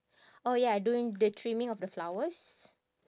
oh ya doing the trimming of the flowers